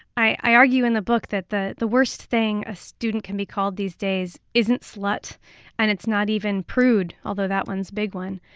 i argue in the book that the the worst thing a student can be called these days isn't slut and it's not even prude, although that one's a big one,